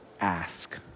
ask